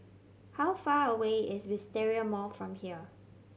how far away is Wisteria Mall from here